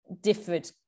differed